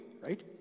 right